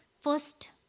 first